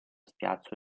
spiazzo